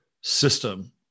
system